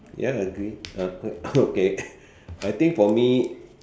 ya agree uh okay I think for me